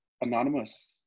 anonymous